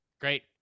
Great